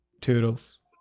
Toodles